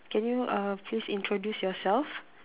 can you uh please introduce yourself